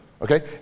Okay